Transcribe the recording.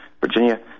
Virginia